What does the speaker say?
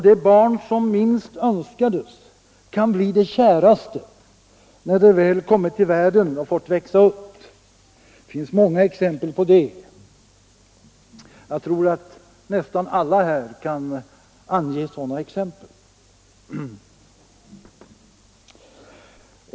Det barn som minst önskades kan bli det käraste när det väl kommit till världen och fått växa upp. Det finns många exempel på det, och jag tror att nästan alla här i kam maren skulle kunna ange sådana exempel.